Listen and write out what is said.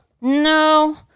No